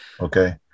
Okay